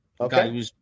Okay